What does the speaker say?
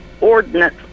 ordinance